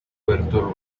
puerto